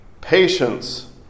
patience